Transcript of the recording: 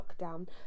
lockdown